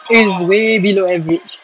it is way below average